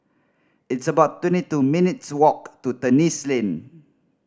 it's about twenty two minutes' walk to Terrasse Lane